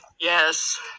yes